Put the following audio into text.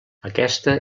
aquesta